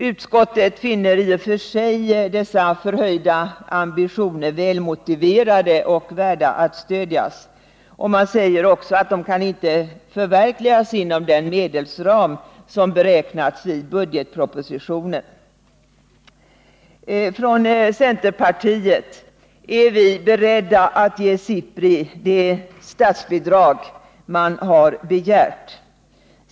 Utskottet finner i och för sig dessa förhöjda ambitioner välmotiverade och värda att stödjas, men det säger också att de inte kan förverkligas inom den medelsram som beräknats i budgetpropositionen. Från centerpartiet är vi beredda att ge SIPRI det statsbidrag institutet har begärt.